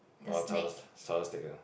orh churros stick ah